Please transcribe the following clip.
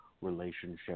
relationship